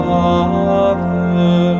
Father